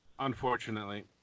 Unfortunately